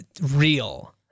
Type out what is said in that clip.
real